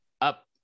up